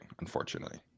unfortunately